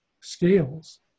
scales